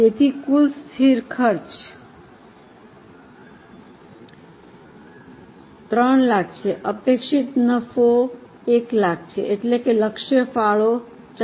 તેથી કુલ સ્થિર ખર્ચ 300000 છે અપેક્ષિત નફો 100000 છે એટલે કે લક્ષ્ય ફાળો 400000 છે